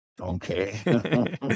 Okay